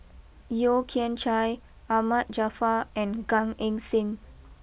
Yeo Kian Chai Ahmad Jaafar and Gan Eng Seng